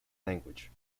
language